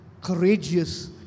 courageous